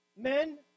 Men